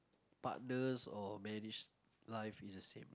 partners or marriage life is the same